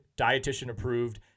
dietitian-approved